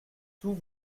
tout